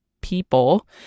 people